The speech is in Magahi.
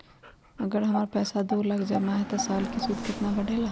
अगर हमर पैसा दो लाख जमा है त साल के सूद केतना बढेला?